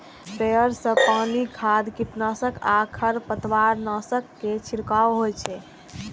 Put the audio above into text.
sprayer सं पानि, खाद, कीटनाशक आ खरपतवारनाशक के छिड़काव होइ छै